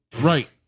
right